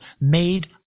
made